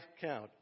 count